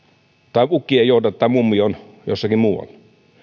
tai ukki ei jouda tai mummi on jossakin muualla